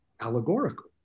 allegorical